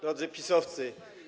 Drodzy PiS-owcy!